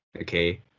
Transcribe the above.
Okay